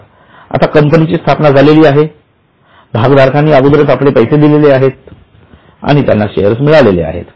बर आता कंपनीची स्थापना झालेली आहे भागधारकांनी अगोदरच आपले पैसे दिलेले आहेत आणि त्यांना शेअर्स मिळालेले आहेत